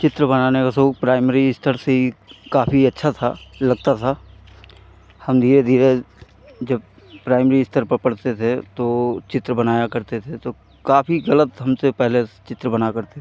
चित्र बनाने का शौक प्राइमरी स्तर से ही काफ़ी अच्छा था लगता था हम धीरे धीरे जब प्राइमरी स्तर पर पढ़ते थे तो चित्र बनाया करते थे तो काफ़ी गलत हमसे पहले चित्र बना करते थे